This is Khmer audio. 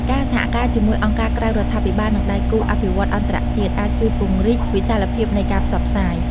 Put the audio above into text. ការសហការជាមួយអង្គការក្រៅរដ្ឋាភិបាល និងដៃគូអភិវឌ្ឍន៍អន្តរជាតិ អាចជួយពង្រីកវិសាលភាពនៃការផ្សព្វផ្សាយ។